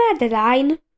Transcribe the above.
Madeline